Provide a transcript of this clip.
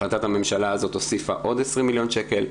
החלטת הממשלה הזאת הוסיפה עוד 20 מיליון שקל,